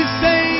say